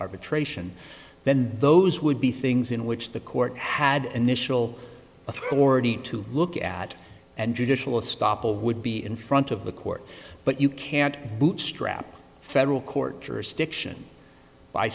arbitration then those would be things in which the court had initial authority to look at and judicial stoppel would be in front of the court but you can't bootstrap federal court jurisdiction by